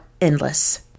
endless